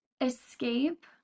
escape